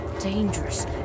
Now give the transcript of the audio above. Dangerous